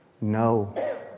No